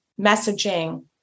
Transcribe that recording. messaging